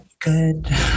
Good